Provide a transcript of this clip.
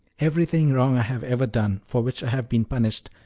everything wrong i have ever done, for which i have been punished,